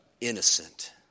innocent